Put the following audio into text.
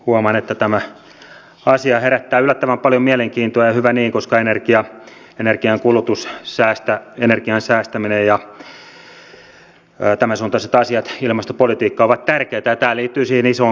huomaan että tämä asia herättää yllättävän paljon mielenkiintoa ja hyvä niin koska energia energiankulutus energian säästäminen ja tämän suuntaiset asiat ilmastopolitiikka ovat tärkeitä ja tämä liittyy siihen isoon kokonaisuuteen